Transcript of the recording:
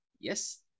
Yes